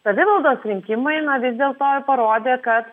savivaldos rinkimai vis dėlto parodė kad